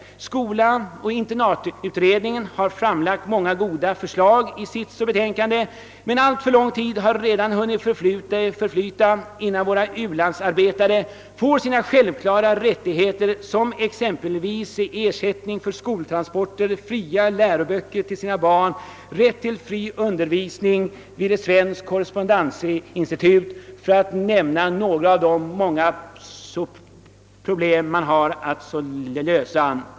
Utredningen <Skolgång borta och hemma har i sitt betänkande lagt fram många goda förslag, men alltför lång tid har redan förflutit utan att våra u-landsarbetare har fått sina självklara rättigheter uppfyllda, t.ex. ersättning för skoltransporter, fria läroböcker till barnen, rätt till fri undervisning vid svenskt korrespondensinstitut etc., för att här bara nämna några av de problem som måste lösas.